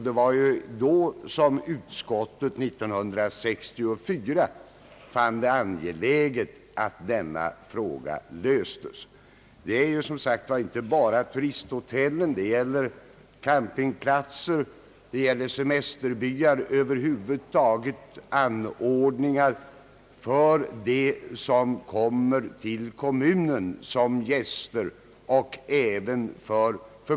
Det var då, 1964, som utskottet fann det angeläget att denna fråga löstes. Det gäller som sagt inte bara turisthotell utan även campingplatser, semesterbyar och över huvud taget anordningar för dem som kommer till kommunen som gäster.